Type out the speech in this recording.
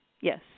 Yes